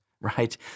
right